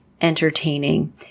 entertaining